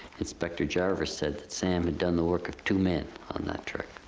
inspector jarvis said that sam had done the work of two men on that trek.